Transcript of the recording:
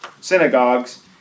synagogues